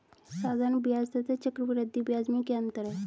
साधारण ब्याज तथा चक्रवर्धी ब्याज में क्या अंतर है?